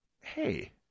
hey